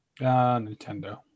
Nintendo